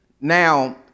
Now